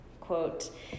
Quote